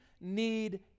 need